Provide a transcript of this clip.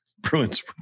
Bruins